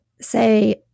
say